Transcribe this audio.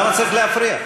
למה צריך להפריע?